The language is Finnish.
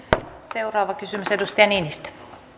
seuraava kysymys edustaja niinistö